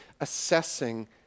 assessing